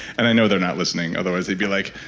and i know they're not listening, otherwise they'd be like,